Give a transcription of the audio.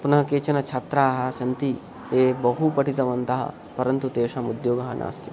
पुनः केचन छात्राः सन्ति ते बहु पठितवन्तः परन्तु तेषाम् उद्योगः नास्ति